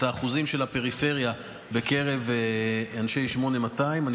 את האחוזים של הפריפריה בקרב אנשי 8200. אני